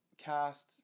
cast